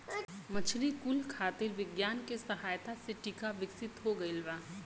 मछली कुल खातिर विज्ञान के सहायता से टीका विकसित हो गइल बा